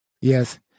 Yes